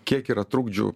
kiek yra trukdžių